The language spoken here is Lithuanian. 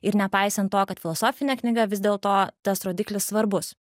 ir nepaisant to kad filosofinė knyga vis dėlto tas rodiklis svarbus